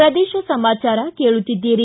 ಪ್ರದೇಶ ಸಮಾಚಾರ ಕೇಳುತ್ತಿದ್ದೀರಿ